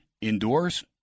indoors